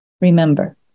remember